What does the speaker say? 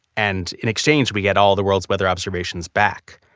and in exchange, we get all the world's weather observations back.